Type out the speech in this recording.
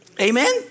Amen